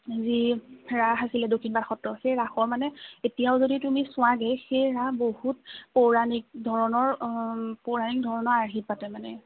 যি ৰাস আছিলে দক্ষিণপাট সত্ৰৰ সেই ৰাস এতিয়াও যদি তুমি চোৱাগৈ সেই ৰাস বহু পৌৰাণিক ধৰণৰ পৌৰাণিক ধৰণৰ আৰ্হিত পাতে মানে